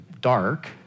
dark